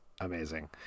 Amazing